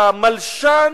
למלשן,